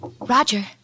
Roger